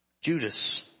Judas